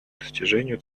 достижению